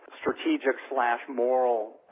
strategic-slash-moral